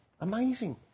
Amazing